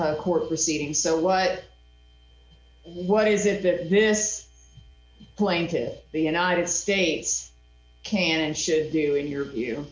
te court proceedings so what what is it that this plane to the united states can and should do in your view